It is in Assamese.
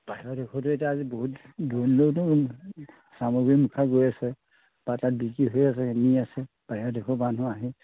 চামগুৰিৰ মুখা গৈ আছে তাতে বিক্ৰী হৈ আছে নি আছে বাহিৰৰ দেশৰ মানুহ আহি